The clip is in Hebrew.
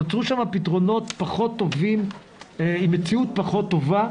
נוצרו שם פתרונות פחות טובים עם מציאות פחות טובה,